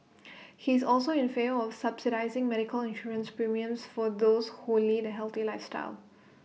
he is also in favour of subsidising medical insurance premiums for those who lead A healthy lifestyle